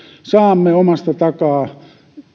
saamme omasta takaa